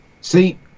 See